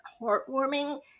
heartwarming